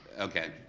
okay,